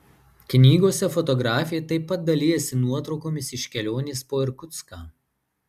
knygose fotografė taip pat dalijasi nuotraukomis iš kelionės po irkutską